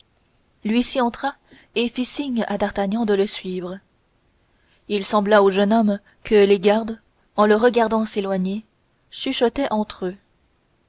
l'huissier rentra et fit signe à d'artagnan de le suivre il sembla au jeune homme que les gardes en le regardant s'éloigner chuchotaient entre eux